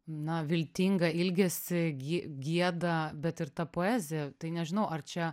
na viltingą ilgesį gie gieda bet ir ta poezija tai nežinau ar čia